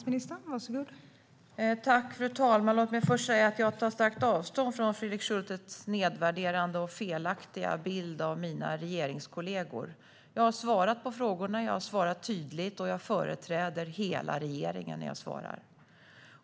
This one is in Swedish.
Fru talman! Jag vill först säga att jag tar starkt avstånd från Fredrik Schultes nedvärderande och felaktiga bild av mina regeringskollegor. Jag har svarat på frågorna. Jag har svarat tydligt. Och jag företräder hela regeringen när jag svarar.